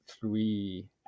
three